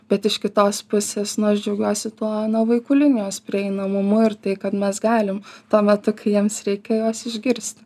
bet iš kitos pusės nu aš džiaugiuosi tuo vaikų linijos prieinamumu ir tai kad mes galim tuo metu kai jiems reikia juos išgirsti